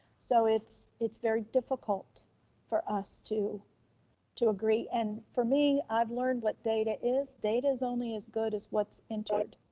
so it's it's very difficult for us to to agree. and for me, i've learned what data is. data is only as good as what's entered.